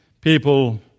people